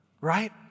right